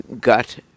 gut